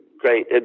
great